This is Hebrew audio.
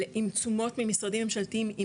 עם תשומות ממשרדים ממשלתיים,